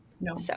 No